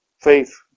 faith